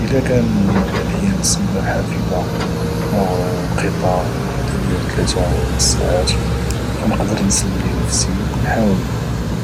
الى كان علي نتسنا الحافلة او القطار لمدة ديال 3 ساعات فنقدر نسلي نفسي نحاول